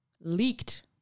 leaked